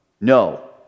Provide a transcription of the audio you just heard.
no